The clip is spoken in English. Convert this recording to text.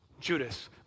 Judas